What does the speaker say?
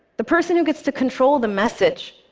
the person who gets to control the message,